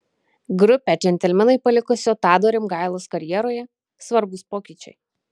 grupę džentelmenai palikusio tado rimgailos karjeroje svarbūs pokyčiai